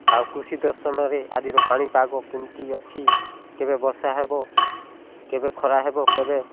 ଆଉ କୃଷି ଦର୍ଶନରେ ଆଜିର ପାଣିପାଗ କେମିତି ଅଛି କେବେ ବର୍ଷା ହେବ କେବେ ଖରା ହେବ କେବେ